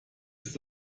ist